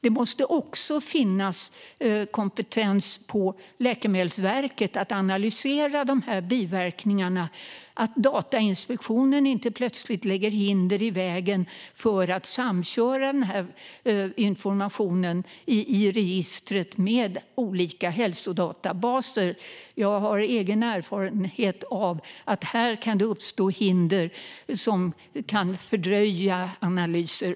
Det måste också finnas kompetens på Läkemedelsverket för att analysera biverkningarna. Och Datainspektionen får inte plötsligt lägga hinder i vägen för samkörning av informationen i registret med olika hälsodatabaser. Jag har tyvärr egen erfarenhet av att det där kan uppstå hinder som kan fördröja analyser.